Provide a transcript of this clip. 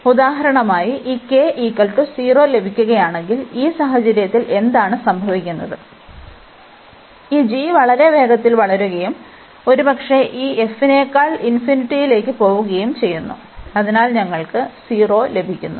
നമുക്ക് ഉദാഹരണമായി ഈ k 0 ലഭിക്കുകയാണെങ്കിൽ ഈ സാഹചര്യത്തിൽ എന്താണ് സംഭവിക്കുന്നത് ഈ g വളരെ വേഗത്തിൽ വളരുകയും ഒരുപക്ഷേ ഈ f നേക്കാൾ ലേക്ക് പോകുകയും ചെയ്യുന്നു അതിനാൽ ഞങ്ങൾക്ക് 0 ലഭിച്ചു